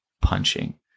punching